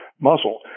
muscle